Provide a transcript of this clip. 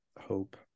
hope